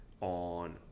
on